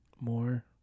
More